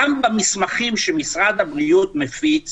גם במסמכים שמשרד הבריאות מפיץ